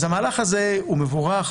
אז המהלך הזה הוא מבורך.